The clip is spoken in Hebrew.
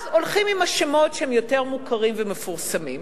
אז הולכים עם השמות שהם יותר מוכרים ומפורסמים.